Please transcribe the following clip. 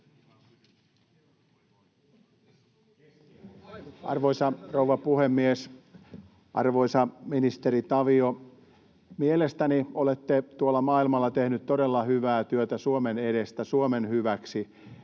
Arvoisa rouva puhemies! Arvoisa ministeri Tavio, mielestäni olette tuolla maailmalla tehnyt todella hyvää työtä Suomen edestä ja Suomen hyväksi.